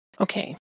okay